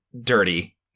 dirty